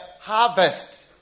harvest